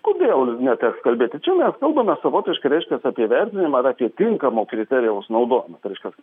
kodėl neteks kalbėti čia mes kalbame savotiškai reiškias apie vertinimą ir apie tinkamo kriterijaus naudojimą tai reiškias